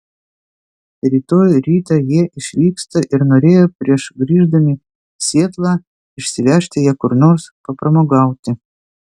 rytoj rytą jie išvyksta ir norėjo prieš grįždami į sietlą išsivežti ją kur nors papramogauti